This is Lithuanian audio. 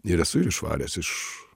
ir esu ir išvaręs iš